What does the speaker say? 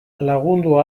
lagundu